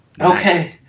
Okay